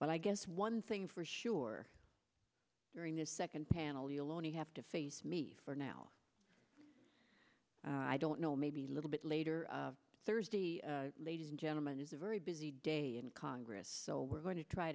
but i guess one thing for sure during this second panel you'll only have to face me for now i don't know maybe a little bit later thursday ladies and gentlemen is a very busy day in congress so we're going to try